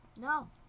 No